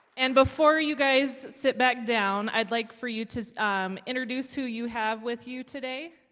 and before you guys sit back down i'd like for you to introduce who you have with you today